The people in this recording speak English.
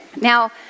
Now